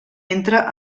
entra